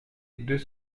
deux